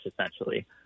essentially